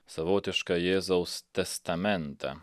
savotišką jėzaus testamentą